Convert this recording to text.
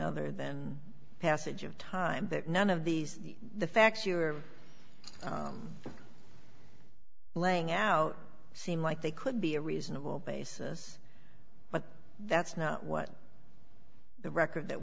other than passage of time that none of these the facts you are laying out seem like they could be a reasonable basis that's not what the record that